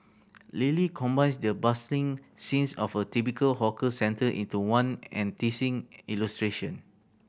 Lily combines the bustling scenes of a typical hawker centre into one enticing illustration